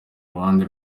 ruhande